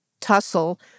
tussle